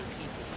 people